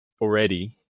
already